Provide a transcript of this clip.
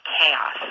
chaos